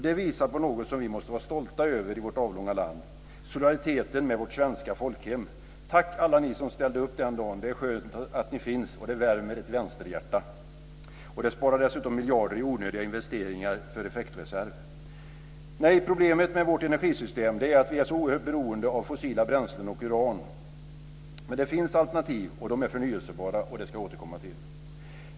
Det visar på något som vi måste vara stolta över i vårt avlånga land: solidariteten med vårt svenska folkhem. Tack alla ni som ställde upp den dagen! Det är skönt att ni finns, och det värmer ett vänsterhjärta. Det sparar dessutom miljarder i onödiga investeringar för effektreserv. Nej, problemet med vårt energisystem är att vi är så oerhört beroende av fossila bränslen och uran, men det finns alternativ, och de är förnyelsebara, och det ska jag återkomma till.